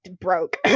broke